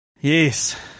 Yes